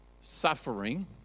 suffering